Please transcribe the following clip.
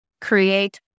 create